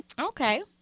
okay